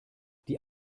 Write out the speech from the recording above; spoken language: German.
die